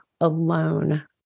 alone